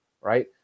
right